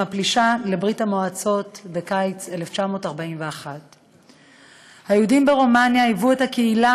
עם הפלישה לברית-המועצות בקיץ 1941. היהודים ברומניה היו הקהילה